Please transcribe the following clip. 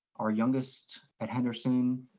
our youngest at henderson